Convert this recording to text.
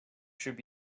should